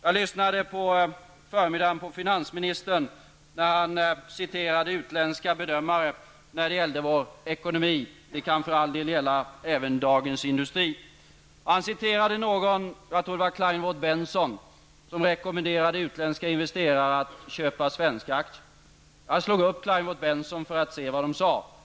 Jag lyssnade i förmiddags på finansministern när han citerade utländska bedömare av vår ekonomi. Det kan för all del gälla även Dagens Industri. Han nämnde Kleinmut Benson, som rekommenderade utländska investerare att köpa svenska aktier. Jag slog upp det för att se vad han sade.